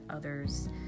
Others